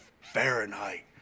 Fahrenheit